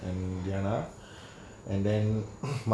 and diana and then mm